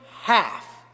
half